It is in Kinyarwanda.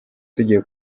tugiye